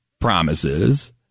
promises